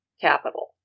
capital